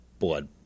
blood